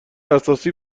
اساسی